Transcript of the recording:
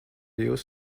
jūsu